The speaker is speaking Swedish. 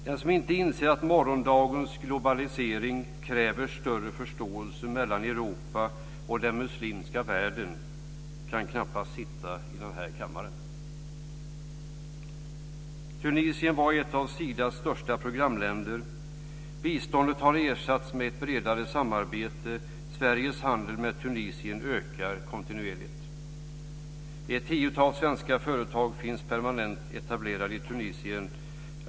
Den som inte inser att morgondagens globalisering kräver större förståelse mellan Europa och den muslimska världen kan knappast sitta i den här kammaren. Tunisien var ett av Sidas första programländer. Biståndet har ersatts med ett bredare samarbete. Sveriges handel med Tunisien ökar kontinuerligt. Ett tiotal svenska företag finns permanent etablerade i Tunisien.